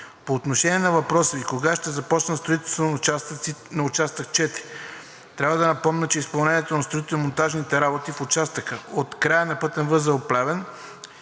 По отношение на въпроса Ви: кога ще започне строителството на Участък 4 трябва да напомня, че изпълнението на строително-монтажните работи в участъка от края на пътен възел – „Плевен“,